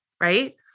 right